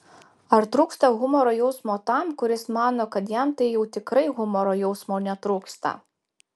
ar trūksta humoro jausmo tam kuris mano kad jam tai jau tikrai humoro jausmo netrūksta